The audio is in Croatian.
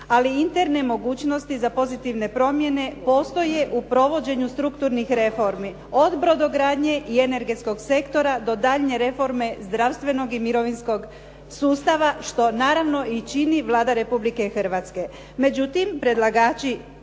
ali i interne mogućnosti za pozitivne promjene postoje u provođenju strukturnih reformi od brodogradnje i energetskog sektora do daljnje reforme zdravstvenog i mirovinskog sustava što naravno i čini Vlada Republike Hrvatske.